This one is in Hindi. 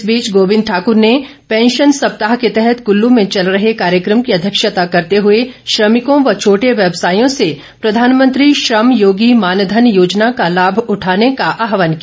इस बीच गोबिंद ठाकुर ने पैंशन सप्ताह के तहत कुल्लू में चल रहे कार्यक्रम की अध्यक्षता करते हुए श्रमिकों व छोटे व्यवसायियों से प्रधानमंत्री श्रम योगी मानधन योजना का लाभ उठाने का आहवान किया